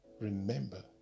Remember